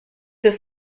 für